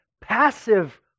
passive